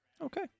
Okay